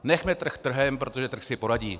Nechme trh trhem, protože trh si poradí.